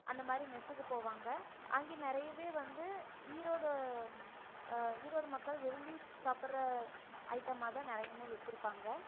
அந்த மாதிரி மெஸ்சுக்கு போவாங்க அங்கே நிறையவே வந்து ஈரோடு ஈரோடு மக்கள் விரும்பி சாப்பிட்ற ஐட்டமாக தான் நிறையமே வச்சுருப்பாங்க